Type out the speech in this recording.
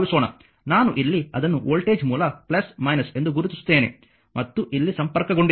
ನಾನು ಇಲ್ಲಿ ಅದನ್ನು ವೋಲ್ಟೇಜ್ ಮೂಲ ಎಂದು ಗುರುತಿಸುತ್ತೇನೆ ಮತ್ತು ಇಲ್ಲಿ ಸಂಪರ್ಕಗೊಂಡಿದೆ